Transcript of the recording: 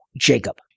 jacob